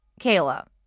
Kayla